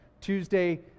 Tuesday